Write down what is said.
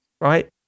right